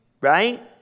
right